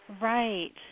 Right